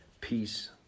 peace